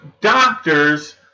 doctors